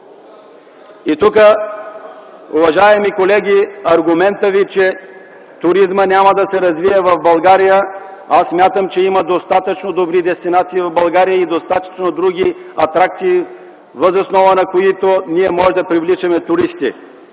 Уважаеми колеги, тук аргументът Ви, че туризмът няма да се развие в България. Аз смятам, че има достатъчно добри дестинации в България и достатъчно други атракции, въз основа на които ние можем да привличаме туристи.